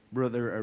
Brother